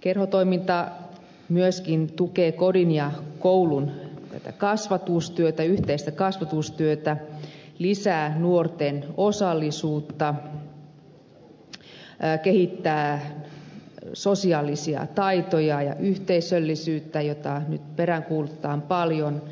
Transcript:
kerhotoiminta myöskin tukee kodin ja koulun kasvatustyötä yhteistä kasvatustyötä lisää nuorten osallisuutta kehittää sosiaalisia taitoja ja yhteisöllisyyttä joita nyt peräänkuulutetaan paljon